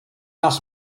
ask